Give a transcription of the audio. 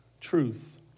truth